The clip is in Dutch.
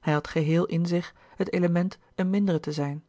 hij had geheel in zich het element een mindere louis couperus de